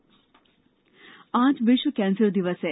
विष्व कैंसर दिवस आज विष्व कैंसर दिवस है